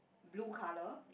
blue colour